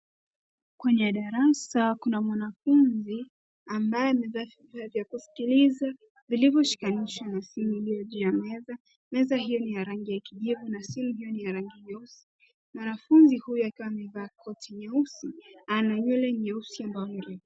Kwenye darasa kuna mwanafunzi ambaye amevaa vifaa vya kusikiliza vilivyoshikanishwa na simu iliyo juu ya meza. Meza hiyo ni ya rangi ya kijivu na simu hiyo ni ya rangi nyeusi. Mwanafunzi huyo akiwa amevaa koti ya rangi nyeusi ana nywele nyeusi ambayo ni refu.